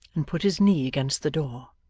and put his knee against the door.